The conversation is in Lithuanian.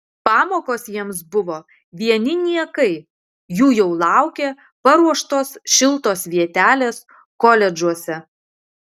pamokos jiems buvo vieni niekai jų jau laukė paruoštos šiltos vietelės koledžuose